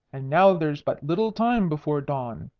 and now there's but little time before dawn.